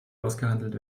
ausgehandelt